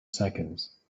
seconds